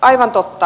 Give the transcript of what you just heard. aivan totta